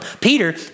Peter